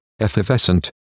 effervescent